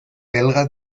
belga